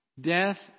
death